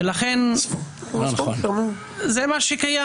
ולכן, זה מה שקיים עכשיו.